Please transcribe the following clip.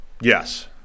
Yes